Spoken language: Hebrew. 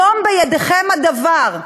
היום בידיכם הדבר.